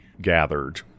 gathered